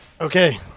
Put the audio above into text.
Okay